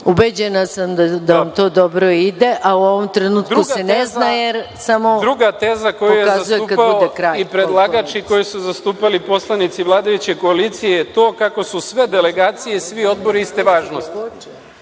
Ubeđena sam da vam to dobro ide, a u ovom trenutku se ne zna jer samo pokazuje kad bude kraj… **Nemanja Šarović** Druga teza koju je zastupao i predlagač i koju su zastupali poslanici vladajuće koalicije je to kako su sve delegacije i svi odbori iste važnosti. Ukoliko